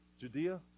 Judea